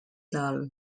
dol